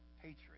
hatred